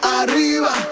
arriba